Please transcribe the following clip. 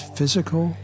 Physical